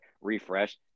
refresh